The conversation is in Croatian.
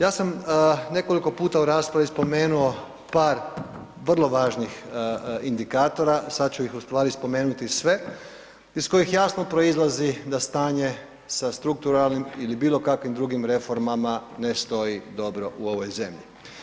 Ja sam nekoliko puta u raspravi spomenuo par vrlo važnih indikatora, sad ću ih u stvari spomenuti sve iz kojih jasno proizlazi da stanje sa strukturalnim ili bilo kakvim drugim reformama ne stoji dobro u ovoj zemlji.